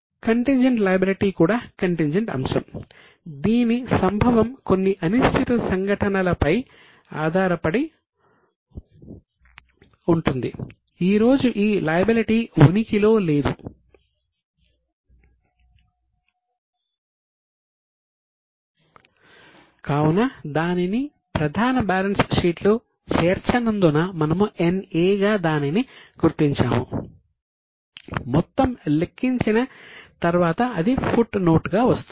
contingent లయబిలిటీగా వస్తుంది